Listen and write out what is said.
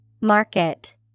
Market